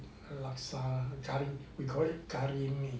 laksa curry we call it curry mee